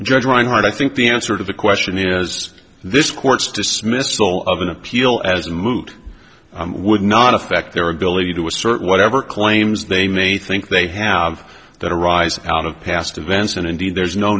judge reinhart i think the answer to the question is this court's dismissal of an appeal as a moot would not affect their ability to assert whatever claims they may think they have that arise out of past events and indeed there's no